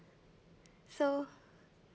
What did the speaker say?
so